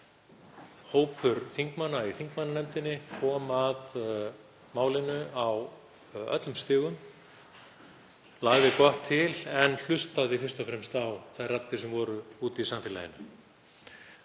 Hópur þingmanna í þingmannanefndinni kom að málinu á öllum stigum, lagði gott til en hlustaði fyrst og fremst á þær raddir sem voru úti í samfélaginu.